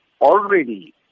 already